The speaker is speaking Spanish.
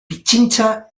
pichincha